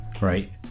right